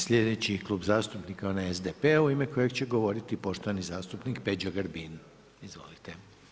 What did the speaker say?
Slijedeći Klub zastupnika je onaj SDP-a u ime kojega će govoriti poštovani zastupnik Peđa Grbin, izvolite.